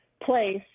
place